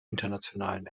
internationalen